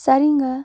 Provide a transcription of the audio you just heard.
சரிங்க